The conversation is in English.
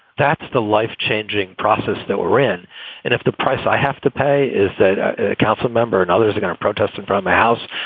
that's the life changing process that we're in. and if the price i have to pay is said council member and others are going to protest and from my house.